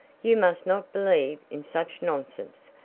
you must not believe in such nonsense.